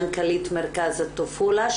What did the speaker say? מנכ"לית מרכז אלטופולה.